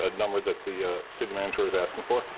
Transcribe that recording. ah number that the city manager is asking for?